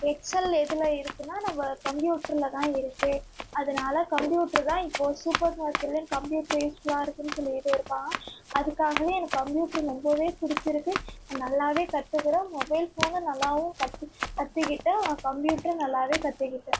XL எதில் இருக்குதுன்னா நம்ப கம்ப்யூட்டரில் தான் இருக்குது அதனால கம்ப்யூட்டரு தான் இப்போது சூப்பர் மார்க்கெட்லாம் கம்ப்யூடிரைஸ்லா இருக்குன்னு சொல்லிக்கிட்டு இருக்காங்க அதுக்காகவே எனக்கு கம்ப்யூட்டரு ரொம்பவே பிடிச்சிருக்கு நான் நல்லா கற்றுக்கிறேன் மொபைல் ஃபோனும் நல்லாவும் கற்று கற்றுக்கிட்டு கம்ப்யூட்டரும் நல்லாவே கற்றுக்கிட்டேன்